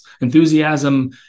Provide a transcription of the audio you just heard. Enthusiasm